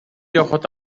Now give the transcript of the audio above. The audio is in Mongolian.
явахад